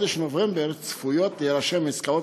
בחודש נובמבר צפויות להירשם עסקאות